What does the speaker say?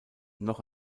noch